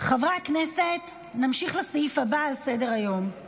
חברי הכנסת, נמשיך לסעיף הבא על סדר-היום: